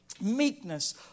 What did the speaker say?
meekness